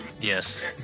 Yes